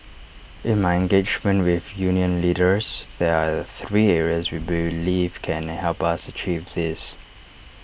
in my engagement with union leaders there are three areas we believe can help us achieve this